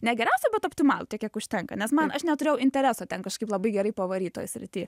ne geriausią bet optimalų tiek kiek užtenka nes man aš neturėjau intereso ten kažkaip labai gerai pavaryt toj srity